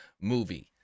movie